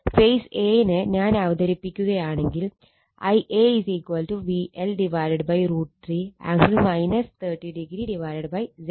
face a നെ ഞാൻ അവതരിപ്പിക്കുകയാണെങ്കിൽ Ia VL√ 3 ആംഗിൾ 30oZY